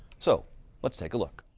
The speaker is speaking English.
so let's take a look.